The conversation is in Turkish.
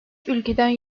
ülkeden